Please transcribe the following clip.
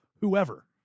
whoever